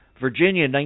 Virginia